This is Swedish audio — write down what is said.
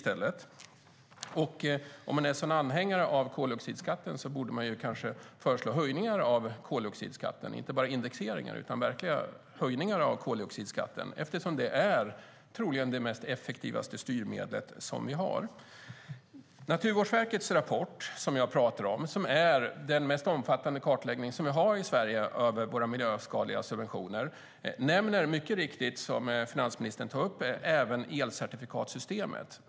Om man är en så stor anhängare av koldioxidskatten borde man kanske föreslå höjningar av den, inte bara indexeringar utan verkliga höjningar, eftersom det troligen är det mest effektiva styrmedel som vi har. Naturvårdsverkets rapport är den mest omfattande kartläggning som vi har i Sverige av miljöskadliga subventioner. I den nämns mycket riktigt, som finansministern tar upp, även elcertifikatssystemet.